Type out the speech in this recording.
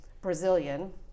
Brazilian